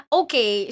okay